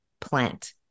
plant